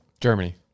Germany